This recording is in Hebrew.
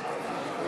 מאולם